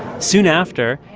soon after,